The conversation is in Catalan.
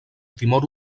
timor